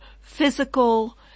physical